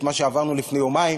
את מה שעברנו לפני יומיים,